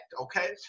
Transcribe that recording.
okay